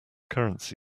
currency